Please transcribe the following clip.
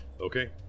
okay